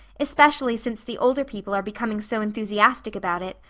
especially since the older people are becoming so enthusiastic about it.